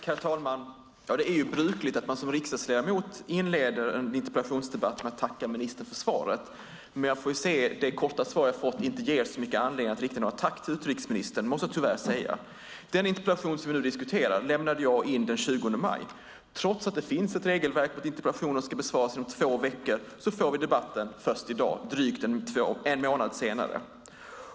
Herr talman! Det är brukligt att man som riksdagsledamot inleder en interpellationsdebatt med att tacka ministern för svaret. Men jag måste tyvärr säga att det korta svar jag fått inte ger så mycket anledning att rikta något tack till utrikesministern. Den interpellation som vi nu diskuterar lämnade jag in den 20 maj. Trots att det finns ett regelverk som anger att interpellationer ska besvaras inom två veckor får vi debatten först i dag - en månad senare.